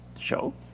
show